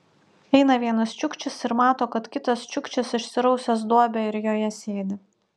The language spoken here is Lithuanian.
eina vienas čiukčis ir mato kad kitas čiukčis išsirausęs duobę ir joje sėdi